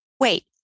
wait